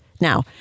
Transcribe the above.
Now